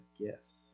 gifts